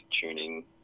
tuning